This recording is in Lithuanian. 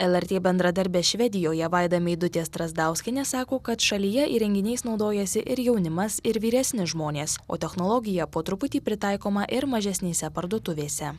lrt bendradarbė švedijoje vaida meidutė strazdauskienė sako kad šalyje įrenginiais naudojasi ir jaunimas ir vyresni žmonės o technologija po truputį pritaikoma ir mažesnėse parduotuvėse